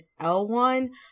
L1